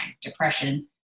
depression